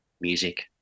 music